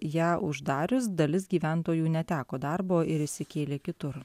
ją uždarius dalis gyventojų neteko darbo ir išsikėlė kitur